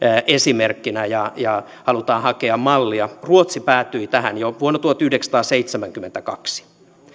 esimerkkinä ja ja josta halutaan hakea mallia päätyi tähän jo vuonna tuhatyhdeksänsataaseitsemänkymmentäkaksi